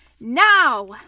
Now